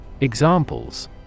Examples